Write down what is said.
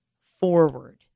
forward